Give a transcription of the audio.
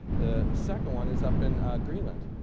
the second one is up in greenland,